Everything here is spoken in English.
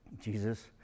Jesus